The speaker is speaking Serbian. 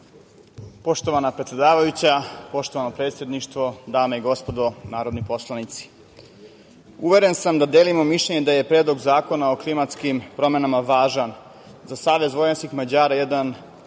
Poštovana predsedavajuća, poštovano predsedništvo, dame i gospodo narodni poslanici, uveren sam da delimo mišljenje da je Predlog zakona o klimatskim promenama važan. Za SVM jedan